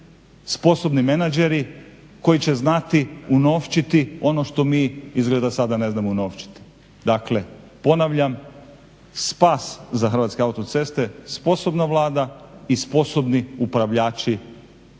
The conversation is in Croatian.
sposobni menadžeri koji će znati unovčiti ono što mi izgleda sada ne znamo unovčiti. Dakle, ponavljam spas za Hrvatske autoceste sposobna Vlada i sposobni upravljači